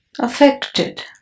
affected